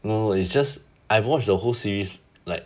no it's just I watched the whole series like